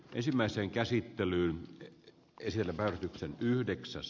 ensimmäiseen käsittelyyn kasvaa jo pikkuhiljaa